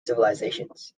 civilisations